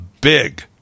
big